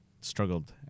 struggled